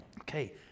Okay